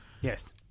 yes